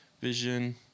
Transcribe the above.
vision